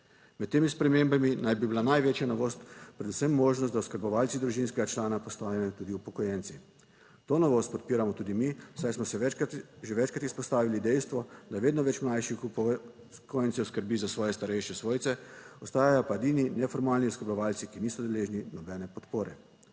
Med temi spremembami naj bi bila največja novost predvsem možnost, da oskrbovanci družinskega člana postanejo tudi upokojenci. To novost podpiramo tudi mi, saj smo že večkrat izpostavili dejstvo, da vedno več mlajših upokojencev skrbi za svoje starejše svojce, ostajajo pa edini neformalni oskrbovalci, ki niso deležni nobene podpore.